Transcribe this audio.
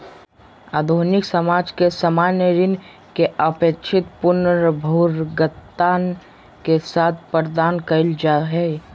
आधुनिक समाज में सामान्य ऋण के अपेक्षित पुनर्भुगतान के साथ प्रदान कइल जा हइ